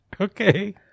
Okay